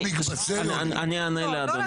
אני אענה לאדוני,